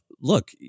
look